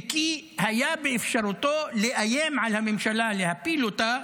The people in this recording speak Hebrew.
וכי היה באפשרותו לאיים על הממשלה להפיל אותה,